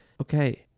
okay